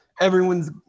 everyone's